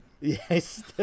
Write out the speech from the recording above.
Yes